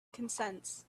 consents